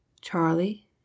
Charlie